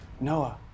Noah